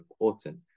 important